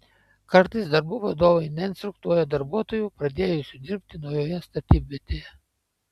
kartais darbų vadovai neinstruktuoja darbuotojų pradėjusių dirbti naujoje statybvietėje